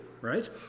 right